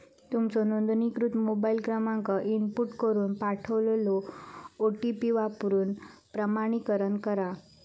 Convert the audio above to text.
तुमचो नोंदणीकृत मोबाईल क्रमांक इनपुट करून पाठवलेलो ओ.टी.पी वापरून प्रमाणीकरण करा